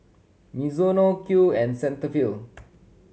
Mizuno Qoo and Cetaphil